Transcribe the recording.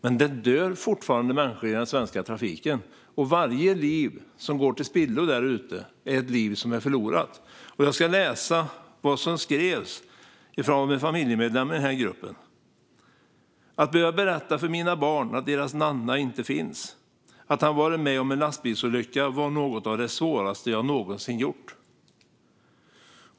Men det dör fortfarande människor i den svenska trafiken, och varje liv som går till spillo är ett förlorat liv. Låt mig läsa vad en familjemedlem i gruppen skrev: "Att behöva berätta för mina barn att deras Nanna inte finns, att han varit med om en lastbilsolycka var något av det svåraste jag någonsin gjort."